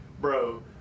bro